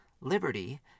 liberty